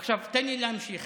עכשיו, תן לי להמשיך